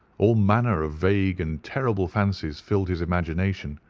all manner of vague and terrible fancies filled his imagination.